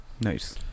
Nice